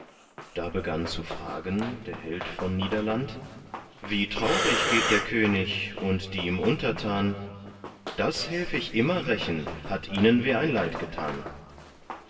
da begann zu fragen der held von niederland wie traurig geht der könig und die ihm untertan das helf ich immer rächen hat ihnen wer ein leid getan